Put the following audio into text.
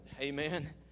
Amen